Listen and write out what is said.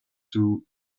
through